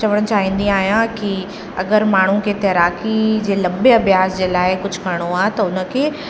चवणु चाहींदी आहियां कि अगरि माण्हूअ खे तैराकी जे लंबे अभ्यास जे लाइ कुझु करिणो आहे त हुनखे